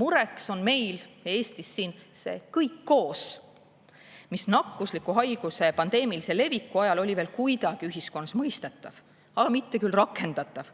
Mureks on meil Eestis see "kõik koos", mis nakkusliku haiguse pandeemilise leviku ajal oli veel kuidagi ühiskonnas mõistetav, aga mitte küll rakendatav.